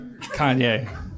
Kanye